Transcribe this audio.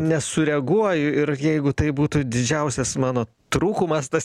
nesureaguoju ir jeigu tai būtų didžiausias mano trūkumas tas